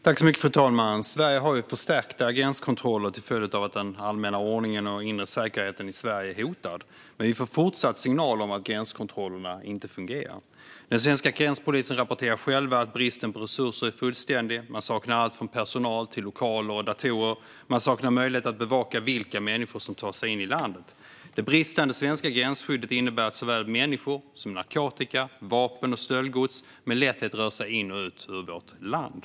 Fru talman! Sverige har förstärkta gränskontroller till följd av att den allmänna ordningen och den inre säkerheten i Sverige är hotade. Men vi får fortsatt signaler om att gränskontrollerna inte fungerar. Den svenska gränspolisen rapporterar själva att bristen på resurser är fullständig; man saknar allt från personal till lokaler och datorer. Man saknar möjlighet att bevaka vilka människor som tar sig in i landet. Det bristande svenska gränsskyddet innebär att såväl människor som narkotika, vapen och stöldgods med lätthet rör sig in och ut ur vårt land.